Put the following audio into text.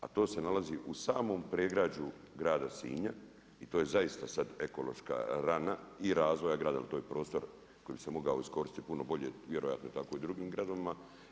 A to se nalazi u samom predgrađu grada Sinja i to je zaista sad ekološka rana i razvoja grada i to je prostor koji bi se mogao iskoristiti puno bolje, vjerojatno tako i u drugim gradovima.